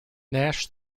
nash